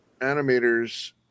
animators